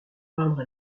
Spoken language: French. peindre